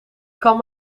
kan